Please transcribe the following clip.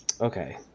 okay